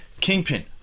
Kingpin